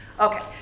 Okay